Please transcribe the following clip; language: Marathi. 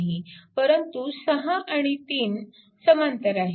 परंतु 6 आणि 3 समांतर आहेत